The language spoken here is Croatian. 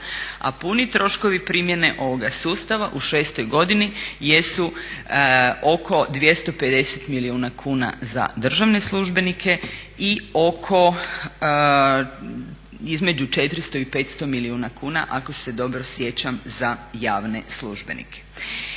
A puni troškovi primjene ovoga sustava u 6.-oj godini jesu oko 250 milijuna kuna za državne službenike i oko između 400 i 500 milijuna kuna ako da se dobro sjećam za javne službenike.